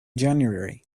january